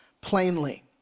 plainly